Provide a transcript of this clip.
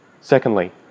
Secondly